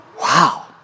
Wow